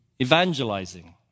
evangelizing